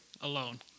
alone